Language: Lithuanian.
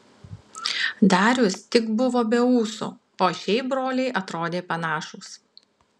darius tik buvo be ūsų o šiaip broliai atrodė panašūs